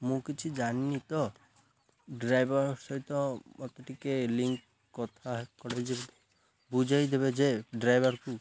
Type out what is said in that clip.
ମୁଁ କିଛି ଜାଣିନି ତ ଡ୍ରାଇଭର ସହିତ ମୋତେ ଟିକେ ଲିଙ୍କ୍ କଥା କ ଯେ ବୁଝେଇ ଦେବେ ଯେ ଡ୍ରାଇଭରକୁ